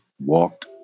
walked